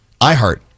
iHeart